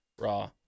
Raw